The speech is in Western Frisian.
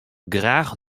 graach